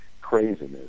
craziness